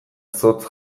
zotz